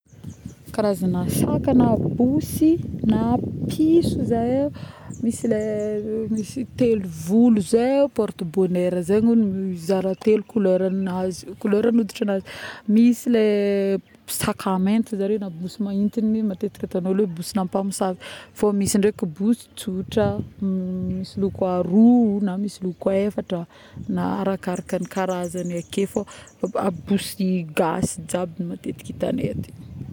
Karazagna saka na bosy na piso zahay, misy le telovolo zay porte bonheur zegny ono mizara telo koleranazy koleran-hoditranazy misy le saka mainty ozy zare na bosy maigntigny matetiky ataon'ôlo hoe bosina mpamosavy fô misy ndraiky bosy tsotra misy loko aroa na loko efatra na arakaraka karazgna ake fô bosy gasy jiaby matetika itagnay aty.